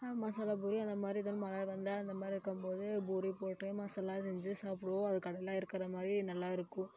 நான் மசாலா பூரி அந்தமாதிரி எதாவது மழை வந்தால் அந்தமாதிரி இருக்கும்போது பூரி போட்டு மசாலா செஞ்சு சாப்பிடுவோம் அது கடையில் இருக்கிற மாதிரியே நல்லா இருக்கும்